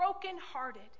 brokenhearted